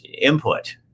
input